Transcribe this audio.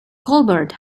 colbert